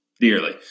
dearly